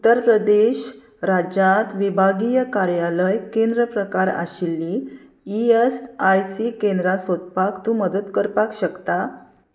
उत्तर प्रदेश राज्यांत विभागीय कार्यालय केंद्र प्रकार आशिल्लीं ई एस आय सी केंद्रां सोदपाक तूं मदत करपाक शकता